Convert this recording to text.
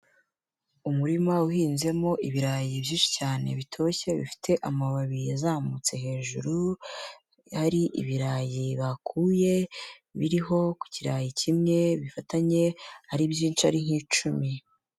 Umurima uhinzemo ibirayi byinshi cyane bitoshye bifite amababi yazamutse hejuru, hari ibirayi bakuye biriho ku kirayi kimwe bifatanye ari byinshi ari nk'icumi.